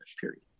period